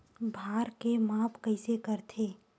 भार के माप कइसे करथे?